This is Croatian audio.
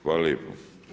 Hvala lijepo.